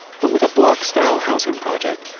but with a block-style housing project,